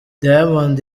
diamond